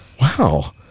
Wow